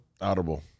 Audible